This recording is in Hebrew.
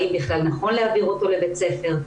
האם בכלל נכון להעביר אותו לבית הספר,